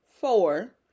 four